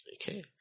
Okay